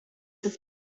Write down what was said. ist